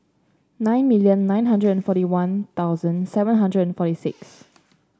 nine million nine hundred and forty One Thousand seven hundred and forty six